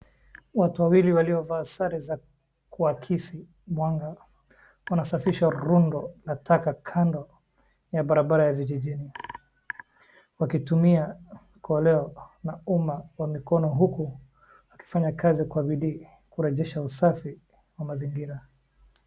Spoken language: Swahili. Watu wawili waliovaa sare za kuakisi mwanga wanasafisha rundo na taka kando ya barabara vijijini wakitumia kolea na uma ya mikono huku wakifanya kazi kwa bidii kurejesha usafi wa mazingira.